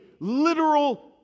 literal